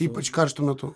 ypač karštu metu